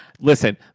Listen